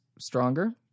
stronger